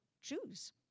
Jews